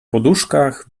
poduszkach